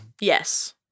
Yes